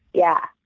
yeah.